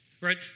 right